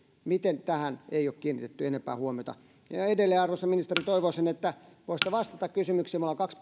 miten tähän ei ole kiinnitetty enempää huomiota edelleen arvoisa ministeri toivoisin että voisitte vastata kysymyksiin me olemme kaksi